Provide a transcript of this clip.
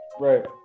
Right